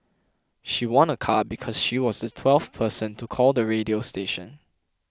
she won a car because she was the twelfth person to call the radio station